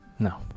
No